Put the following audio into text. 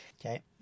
Okay